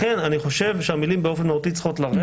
לכן אני חושב שהמילים "באופן מהותי" צריכות לרדת.